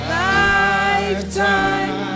lifetime